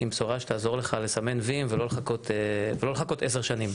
עם בשורה שתעזור לך לסמן ווים ולא לחכות עשר שנים.